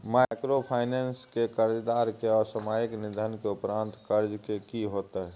Microfinance के कर्जदार के असामयिक निधन के उपरांत कर्ज के की होतै?